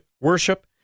worship